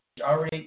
already